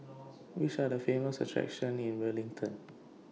Which Are The Famous attractions in Wellington